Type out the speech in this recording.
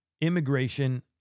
immigration